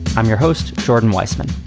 i'm your host. jordan weisman